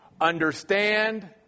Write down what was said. understand